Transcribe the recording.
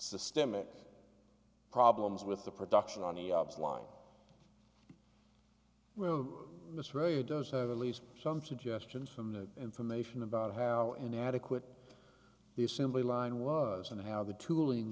systemic problems with the production on the line well miss radio does have at least some suggestions from the information about how inadequate the assembly line was and how the tooling